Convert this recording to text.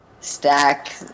stack